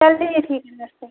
चलिए ठीक है नमस्ते